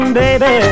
baby